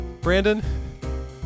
Brandon